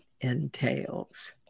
entails